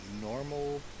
normal